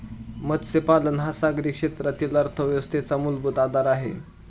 मत्स्यपालन हा सागरी क्षेत्रातील अर्थव्यवस्थेचा मूलभूत आधार आहे